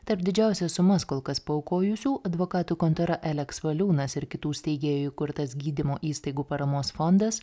tarp didžiausias sumas kol kas paaukojusių advokatų kontora eleks valiūnas ir kitų steigėjų įkurtas gydymo įstaigų paramos fondas